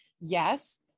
Yes